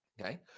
Okay